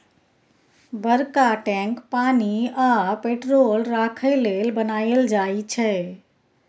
बरका टैंक पानि आ पेट्रोल राखय लेल बनाएल जाई छै